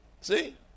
See